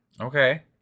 Okay